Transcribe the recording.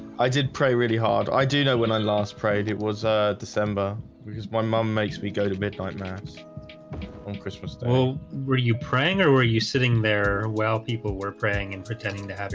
i did pray really hard i do know when i last prayed it was december because one mom makes me go to midnight mass on christmas oh were you praying or were you sitting there? well people were praying and pretending to